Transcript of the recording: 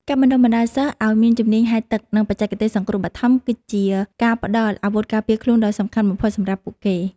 ការបណ្តុះបណ្តាលសិស្សឱ្យមានជំនាញហែលទឹក និងបច្ចេកទេសសង្គ្រោះបឋម គឺជាការផ្តល់អាវុធការពារខ្លួនដ៏សំខាន់បំផុតសម្រាប់ពួកគេ។